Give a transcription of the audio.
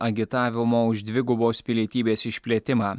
agitavimo už dvigubos pilietybės išplėtimą